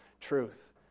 truth